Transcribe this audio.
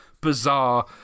bizarre